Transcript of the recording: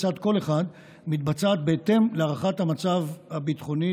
מתבצעת בהתאם להערכת המצב הביטחונית